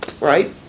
Right